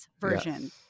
version